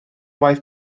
waith